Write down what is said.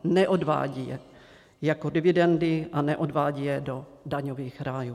Neodvádějí je jako dividendy a neodvádějí je do daňových rájů.